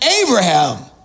Abraham